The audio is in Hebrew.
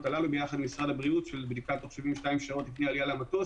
הללו יחד עם משרד הבריאות של בדיקה תוך 72 שעות לפני העלייה למטוס.